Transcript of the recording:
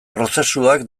prozesuak